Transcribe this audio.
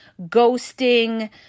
ghosting